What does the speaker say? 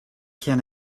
can